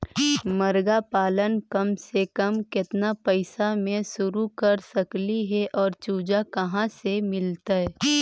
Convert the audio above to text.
मरगा पालन कम से कम केतना पैसा में शुरू कर सकली हे और चुजा कहा से मिलतै?